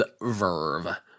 verve